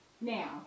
Now